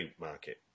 market